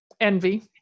Envy